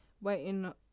waiting